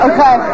Okay